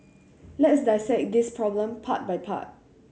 let's dissect this problem part by part